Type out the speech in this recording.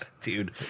Dude